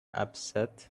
upset